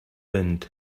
wind